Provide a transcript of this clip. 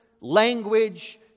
language